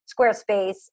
Squarespace